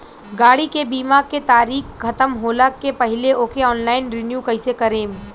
गाड़ी के बीमा के तारीक ख़तम होला के पहिले ओके ऑनलाइन रिन्यू कईसे करेम?